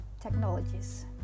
technologies